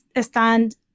stand